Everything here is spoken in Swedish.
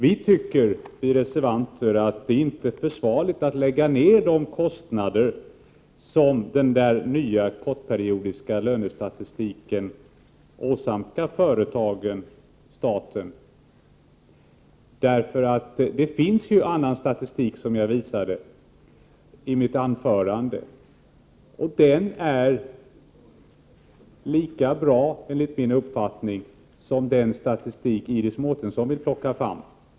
Vi reservanter tycker inte att det är försvarligt att lägga ned så stora kostnader som den nya kortperiodiga lönestatistiken kommer att åsamka företagen och staten. Det finns ju annan statistik, som jag visade i mitt anförande, som är lika bra enligt min uppfattning som den statistik Iris Mårtensson vill ha fram.